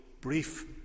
brief